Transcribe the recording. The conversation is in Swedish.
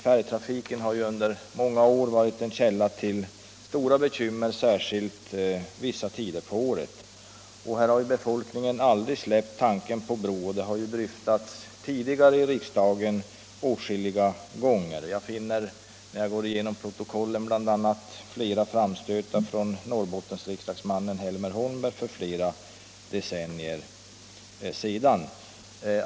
Färjtrafiken har under många år varit en källa till stora bekymmer, särskilt vissa tider på året. Här har befolkningen aldrig släppt tanken på en bro. Den har dryftats åtskilliga gånger tidigare i riksdagen. När jag gått igenom protokollen har jag bl.a. funnit upprepade framstötar från Norrbottensriksdagsmannen Helmer Holmberg för flera decennier sedan.